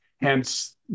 Hence